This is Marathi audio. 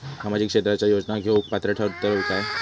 सामाजिक क्षेत्राच्या योजना घेवुक पात्र ठरतव काय?